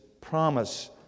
promise